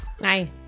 Hi